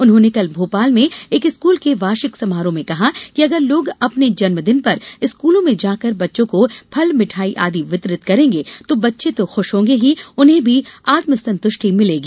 उन्होंने कल भोपाल में एक स्कूल के वार्षिक समारोह में कहा कि अगर लोग अपने जन्म दिन पर स्कूलों में जाकर बच्चों को फल मिठाई आदि वितरित करेंगे तो बच्चे तो ख्रश होंगे ही उन्हें भी आत्म संतुष्टि भी मिलेगी